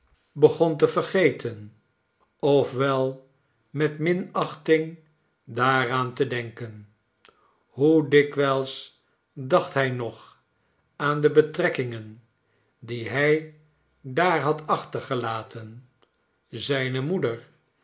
begon te vergeten of wel met minachting daaraan te denken hoe dikwijls dacht hij nog aan de betrekkingen die hij daar had achtergelaten zijne moeder